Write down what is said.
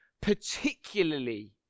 particularly